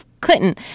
Clinton